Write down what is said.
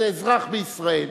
איזה אזרח בישראל,